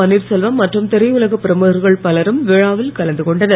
பன்வீர்செல்வம் மற்றும் திரையுலக பிரமுகர்கள் பலரும் விழாவில் கலந்து கொண்டனர்